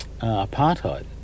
apartheid